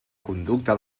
conducta